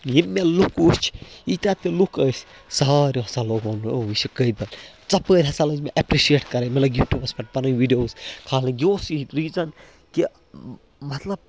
ییٚلہِ مےٚ لُکھ وُچھ ییٖتیاہ تہِ لُکھ ٲسۍ وۄنۍ چھِ قٲبل ژپٲرۍ ہَسا لٔج مےٚاٮ۪پرِشیٹ کَرٕنۍ مےٚ لٔگۍ یوٗٹوٗبَس پٮ۪ٹھ پَنٕنۍ ویٖڈیوز کھالٕنۍ یہِ اوس یہِ ریٖزَن کہِ مطلب